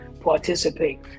participate